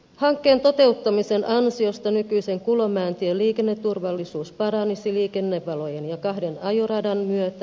hankkeen toteuttamisen ansiosta nykyisen kulomäentien liikenneturvallisuus paranisi liikennevalojen ja kahden ajoradan myötä